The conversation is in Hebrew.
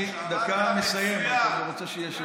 אני דקה מסיים, אבל אני גם רוצה שיהיה שקט.